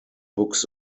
books